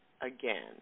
again